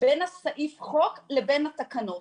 בין הסעיף חוק לבין התקנות.